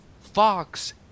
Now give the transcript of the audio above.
Fox